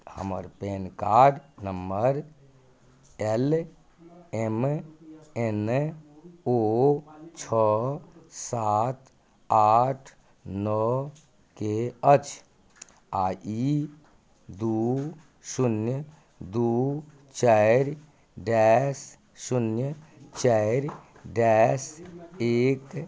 हमर PAN card number L M N O छओ सात आठ नओके अछि आ ई दू शून्य दू चाइर डैश शून्य चारि डैश एक